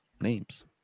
names